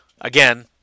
Again